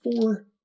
four